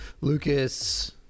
Lucas